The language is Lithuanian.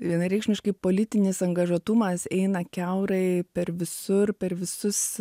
vienareikšmiškai politinis angažuotumas eina kiaurai per visur per visus